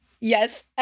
Yes